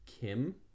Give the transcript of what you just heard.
kim